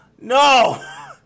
no